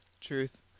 Truth